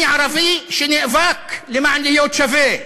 אני ערבי שנאבק בשביל להיות שווה.